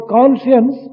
Conscience